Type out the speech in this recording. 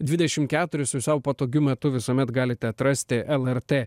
dvidešim keturius jūs sau patogiu metu visuomet galite atrasti lrt